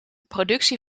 productie